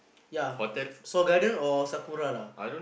ya seoul garden or sakura lah